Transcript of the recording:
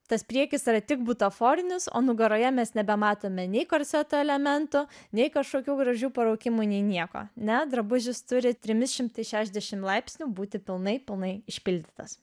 tas priekis yra tik butaforinis o nugaroje mes nebematome nei korseto elemento nei kažkokių gražių paraukimų nei nieko ne drabužis turi trimis šimtais šešdešimt laipsnių būti pilnai pilnai išpildytas